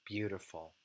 Beautiful